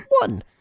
one